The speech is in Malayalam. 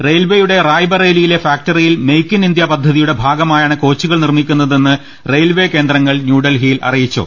റെയിൽവേയുടെ റായ് ബറേലിയിലെ ഫാക്ട റിയിൽ മെയ്ക്ക് ഇൻ ഇന്ത്യ പദ്ധതിയുടെ ഭാഗമായാണ് കോച്ചുകൾ നിർമ്മിക്കുന്നതെന്ന് റെയിൽവേ കേന്ദ്രങ്ങൾ ന്യൂഡൽഹിയിൽ അറിയിച്ചു